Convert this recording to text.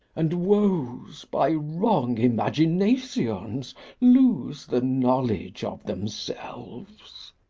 and woes by wrong imaginations lose the knowledge of themselves.